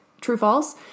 True-False